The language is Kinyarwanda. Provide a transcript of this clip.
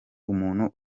umuntu